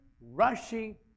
rushing